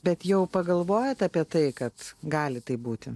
bet jau pagalvojote apie tai kad gali taip būti